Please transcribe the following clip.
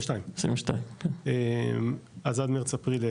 22. אז עד מרץ-אפריל,